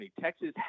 Texas